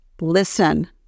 Listen